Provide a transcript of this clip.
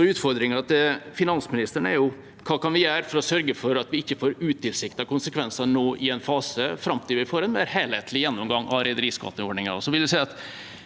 Utfordringen til finansministeren er: Hva kan vi gjøre for å sørge for at vi ikke opplever utilsiktede konsekvenser i en fase fram til vi får en helhetlig gjennomgang av rederiskatteordningen?